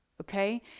okay